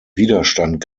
widerstand